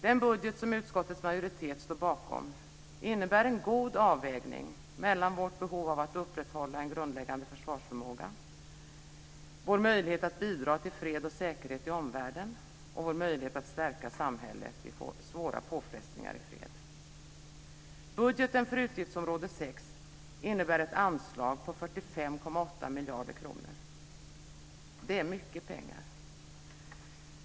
Den budget som utskottets majoritet står bakom innebär en god avvägning mellan vårt behov av att upprätthålla en grundläggande försvarsförmåga, vår möjlighet att bidra till fred och säkerhet i omvärlden och vår möjlighet att stärka samhället vid svåra påfrestningar i fred. Budgeten för utgiftsområde 6 innebär ett anslag på 45,8 miljarder kronor. Det är mycket pengar.